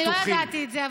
לא ידעתי את זה.